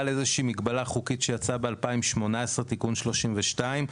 בגלל איזושהי מגבלה חוקית שיצאה ב-2018 תיקון 32,